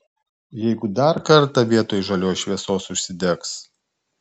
jeigu dar kartą vietoj žalios šviesos užsidegs